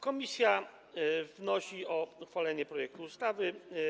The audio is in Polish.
Komisja wnosi o uchwalenie projektu ustawy.